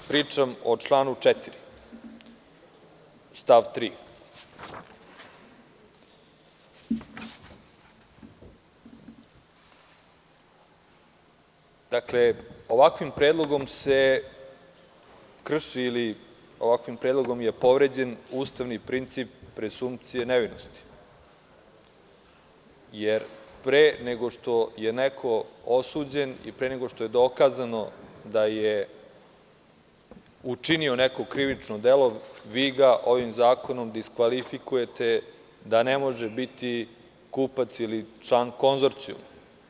Pričam o članu 4. stav 3. Dakle, ovakvim predlogom se krši, ili ovakvim predlogom je povređen ustavni princip prezumpcije nevinosti, jer pre nego što je neko osuđen i pre nego što je dokazano da je učinio neko krivično delo, vi ga ovim zakonom diskvalifikujete da ne može biti kupac ili član konzorcijuma.